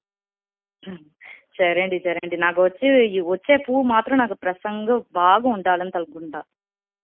సరే అండి సరే అండి నాకు వచ్చే వచ్చే పువ్వు మాత్రం నాకు ప్రసన్నంగా బాగా ఉండాలని తలుచుకుంటాను